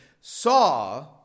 saw